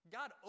God